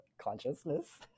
consciousness